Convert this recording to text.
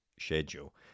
schedule